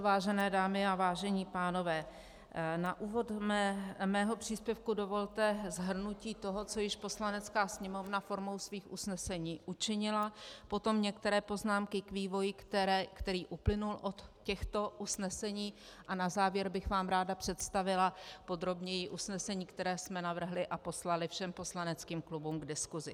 Vážené dámy a vážení pánové, na úvod mého příspěvku dovolte shrnutí toho, co již Poslanecká sněmovna formou svých usnesení učinila, potom některé poznámky k vývoji, který uplynul od těchto usnesení, a na závěr bych vám ráda představila podrobněji usnesení, které jsme navrhli a poslali všem poslaneckým klubům k diskusi.